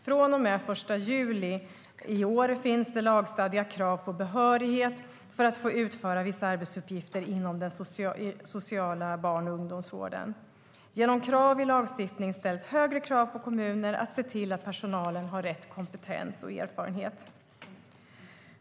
Från och med den 1 juli i år finns det lagstadgat krav på behörighet för att få utföra vissa uppgifter inom den sociala barn och ungdomsvården. Genom krav i lagstiftning ställs högre krav på kommuner att se till att personalen har både rätt kompetens och erfarenhet.